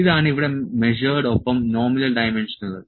ഇതാണ് ഇവിടെ മെഷേർഡ് ഒപ്പം നോമിനൽ ഡൈമെൻഷനുകൾ